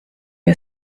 wir